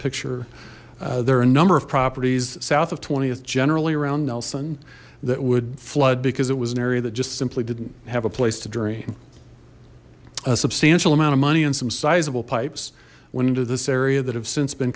picture there are a number of properties south of twenty is generally around nelson that would flood because it was an area that just simply didn't have a place to drain a substantial amount of money and some sizable pipes went into this area that have since been